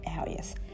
areas